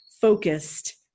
focused